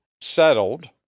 settled